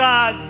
God